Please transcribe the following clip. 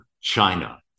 China